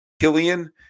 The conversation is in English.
killian